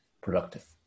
productive